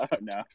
no